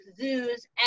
zoos